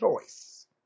choice